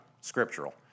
scriptural